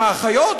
עם האחיות,